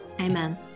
Amen